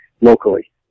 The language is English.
locally